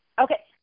Okay